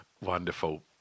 Wonderful